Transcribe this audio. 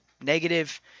negative